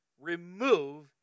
remove